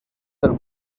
del